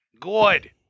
Good